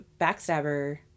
backstabber